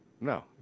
No